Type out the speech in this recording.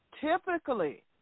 typically